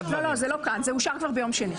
לא כאן, זה אושר כבר ביום שני.